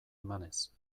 emanez